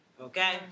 Okay